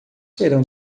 serão